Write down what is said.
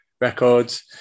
records